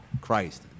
Christ